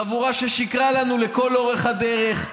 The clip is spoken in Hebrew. חבורה ששיקרה לנו לכל אורך הדרך,